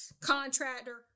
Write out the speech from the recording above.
contractor